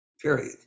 period